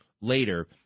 later